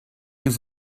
use